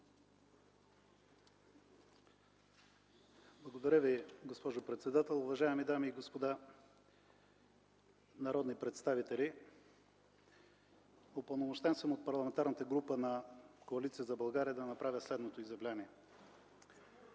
Благодаря, госпожо председател. Уважаеми дами и господа народни представители, упълномощен съм от Парламентарната група на Коалиция за България да направя следното изявление.